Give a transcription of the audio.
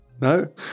No